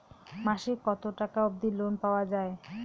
মাসে কত টাকা অবধি লোন পাওয়া য়ায়?